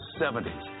70s